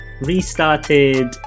restarted